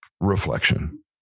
reflection